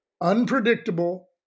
unpredictable